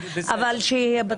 אבל שיהיה ידוע,